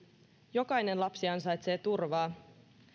jokainen lapsi ansaitsee turvaa